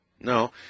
No